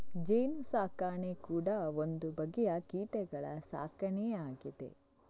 ಜೇನು ಸಾಕಣೆ ಕೂಡಾ ಒಂದು ಬಗೆಯ ಕೀಟಗಳ ಸಾಕಣೆಯೇ ಆಗಿದೆ